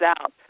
out